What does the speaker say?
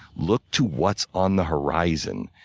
look to what's on the horizon.